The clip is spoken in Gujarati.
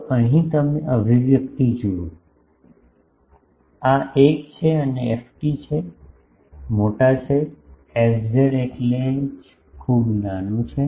તો અહીં તમે અભિવ્યક્તિ જુઓ આ 1 છે અને ft છે મોટા છે fz એટલે જ ખૂબ નાનું છે